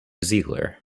ziegler